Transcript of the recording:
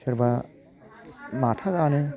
सोरबा माथा गानो